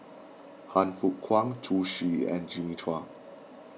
Han Fook Kwang Zhu Xu and Jimmy Chua